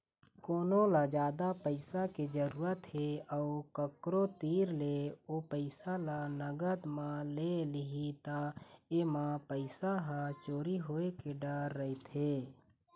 कोनो ल जादा पइसा के जरूरत हे अउ कखरो तीर ले ओ पइसा ल नगद म ले लिही त एमा पइसा ह चोरी होए के डर रहिथे